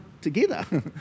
together